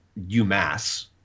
UMass